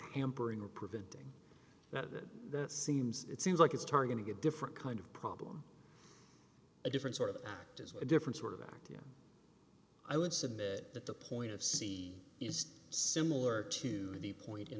hampering or preventing that it seems it seems like it's targeting a different kind of problem a different sort of act as a different sort of act you know i would submit that the point of c is similar to the point in